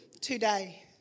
today